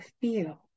feel